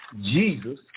Jesus